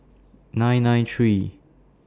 nine nine three